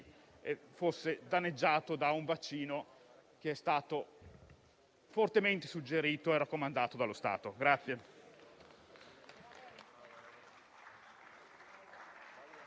fosse danneggiato da un vaccino, che è stato fortemente suggerito e raccomandato dallo Stato.